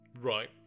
Right